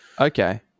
Okay